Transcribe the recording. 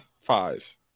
Five